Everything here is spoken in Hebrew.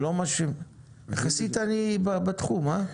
יחסית אני בתחום, הא?